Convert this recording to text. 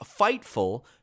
Fightful